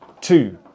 two